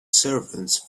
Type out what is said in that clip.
servants